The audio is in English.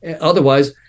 Otherwise